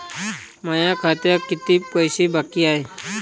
माया खात्यात कितीक पैसे बाकी हाय?